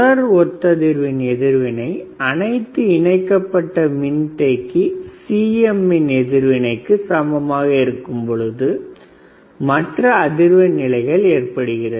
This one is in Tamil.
தொடர் ஒத்ததிர்வின் எதிர்வினை அனைத்து இணைக்கப்பட்ட மின்தேக்கி Cm இன் எதிர்வினைக்கு சமமாக இருக்கும் பொழுது மற்ற அதிர்வெண் நிலைகள் ஏற்படுகிறது